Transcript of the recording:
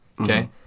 Okay